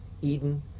Eden